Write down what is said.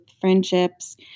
friendships